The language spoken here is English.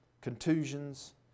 Contusions